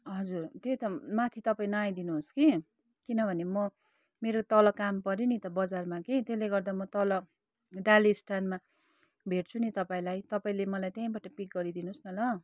हजुर त्यही त माथि तपाईँ नआई दिनुहोस् कि किनभने म मेरो तल काम पर्यो नि त बजारमा कि त्यसले गर्दा म तल डालिस्थानमा भेट्छु नि तपाईँलाई तपाईँले मलाई त्यहीँबाट पिक गरिदिनु होस् न ल